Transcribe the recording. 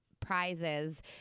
prizes